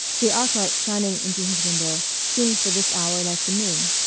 the arc-light shining into his window seemed for this hour like the moon,